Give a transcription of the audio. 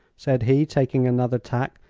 said he, taking another tack.